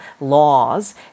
laws